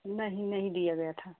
नहीं नहीं दिया गया था